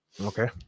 Okay